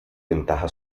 ventaja